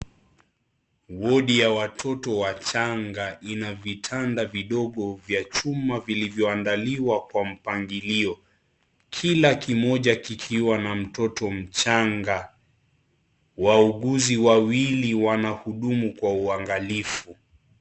Wodi ya watoto wachanga ina vitanda vidogo vya chuma vilivyoandaliwa Kwa mpangilio ,kila kimoja kikiwa na mtoto mchanga. Wauguzi wawili wanahudumu Kwa uangalifu.